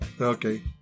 Okay